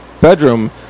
bedroom